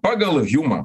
pagal hjumą